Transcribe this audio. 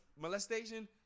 molestation